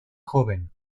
joven